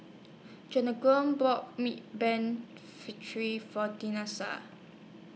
bought Me Ban For